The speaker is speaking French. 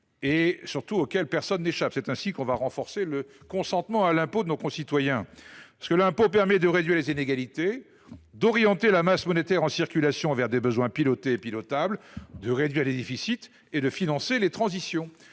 et, surtout, auquel personne n’échappe. C’est ainsi que se renforcera le consentement à l’impôt chez nos concitoyens. L’impôt permet de réduire les inégalités, d’orienter la masse monétaire en circulation vers des besoins pilotés et pilotables, de réduire les déficits et de financer les transitions.